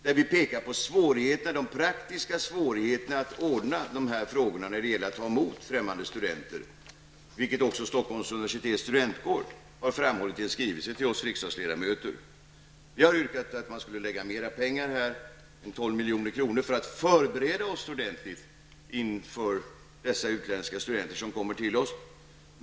Där pekar vi på de praktiska svårigheterna att ordna de här frågorna när det gäller att ta emot främmande studenter -- vilket också Stockholms Universitets studentkår har framhållit i en skrivelse till oss riksdagsledamöter. Vi har yrkat att man här skulle anslå mer pengar, 12 milj.kr., för att vi skall kunna förbereda oss ordentligt inför dessa utländska studenters vistelse hos oss.